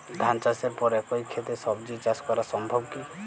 ধান চাষের পর একই ক্ষেতে সবজি চাষ করা সম্ভব কি?